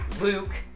Luke